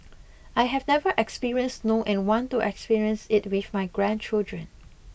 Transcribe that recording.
I have never experienced snow and want to experience it with my grandchildren